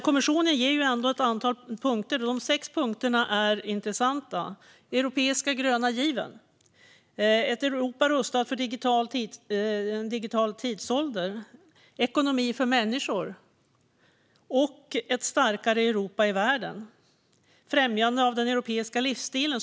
Kommissionen ger ett antal intressanta punkter: den europeiska gröna given, ett Europa rustat för den digitala tidsåldern, en ekonomi för människor, ett starkare Europa i världen och främjande av den europeiska livsstilen.